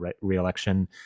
re-election